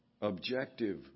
objective